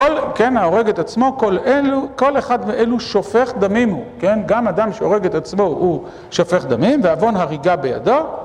כן ההורג את עצמו, כל אלו, כל אחד מאלו שופך דמים הוא, כן, גם אדם שהורג את עצמו הוא שופך דמים ועוון הריגה בידו